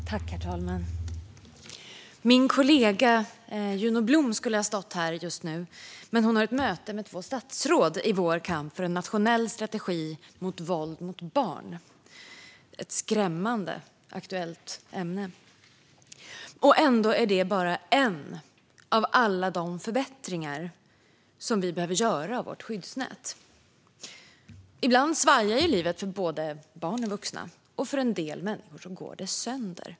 Herr talman! Min kollega Juno Blom skulle ha stått här just nu. Men hon har ett möte med två statsråd i vår kamp för en nationell strategi mot våld mot barn. Det är ett skrämmande aktuellt ämne. Ändå är det bara en av alla de förbättringar som vi behöver göra av vårt skyddsnät. Ibland svajar livet för både barn och vuxna, och för en del människor går det sönder.